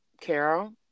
Carol